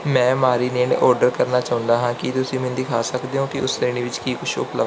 ਮੈਂ marinade order ਕਰਨਾ ਚਾਹੁੰਦਾ ਹਾਂ ਕੀ ਤੁਸੀਂ ਮੈਨੂੰ ਦਿਖਾ ਸਕਦੇ ਹੋ ਕਿ ਉਸ ਸ਼੍ਰੇਣੀ ਵਿੱਚ ਕੀ ਕੁਛ ਉਪਲੱਬਧ ਹੈ